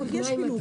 הרישיון.